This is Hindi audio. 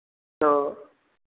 तो